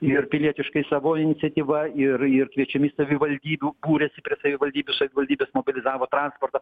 ir pilietiškai savo iniciatyva ir ir kviečiami savivaldybių būrėsi prie savivaldybių savivaldybės mobilizavo transportą